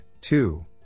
two